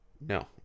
No